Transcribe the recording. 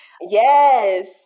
Yes